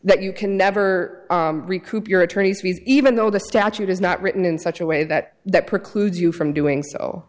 that you can never recoup your attorney's fees even though the statute is not written in such a way that that precludes you from doing so